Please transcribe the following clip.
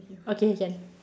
okay can